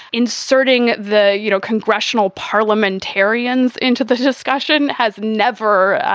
inserting the you know congressional parliamentarians into the discussion has never,